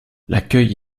l’accueil